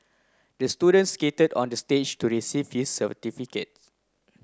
the student skated onto the stage to receive his certificate